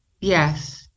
Yes